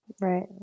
Right